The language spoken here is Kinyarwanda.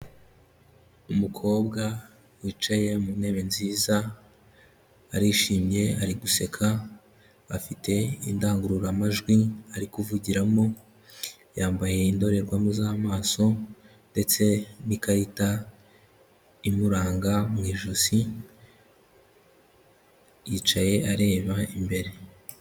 Umukobwa wicaye mu ntebe nziza, arishimye ari guseka, afite indangururamajwi ari kuvugiramo, yambaye indorerwamo z'amaso ndetse n'ikarita imuranga mu ijosi, yicaye areba imbere.